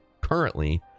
currently